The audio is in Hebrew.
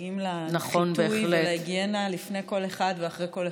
שדואגים פה לחיטוי ולהיגיינה לפני כל אחד ואחרי כל אחד.